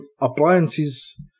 appliances